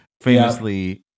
Famously